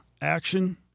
action